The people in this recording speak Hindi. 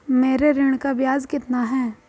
मेरे ऋण का ब्याज कितना है?